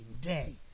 day